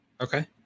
Okay